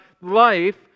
life